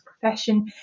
profession